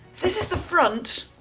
this is the front